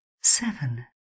Seven